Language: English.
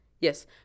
Yes